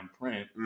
print